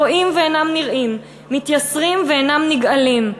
רואים ואינם נראים, מתייסרים ואינם נגאלים.